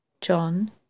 John